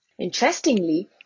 Interestingly